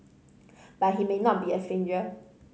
but he may not be a stranger